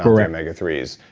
omega three s,